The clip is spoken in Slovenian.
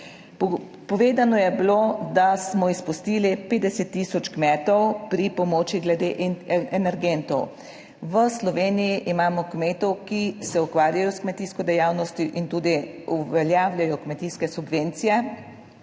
Povedano je bilo, da smo izpustili 50 tisoč kmetov pri pomoči glede energentov. V Sloveniji imamo kmetov, ki se ukvarjajo s kmetijsko dejavnostjo in tudi uveljavljajo kmetijske subvencije,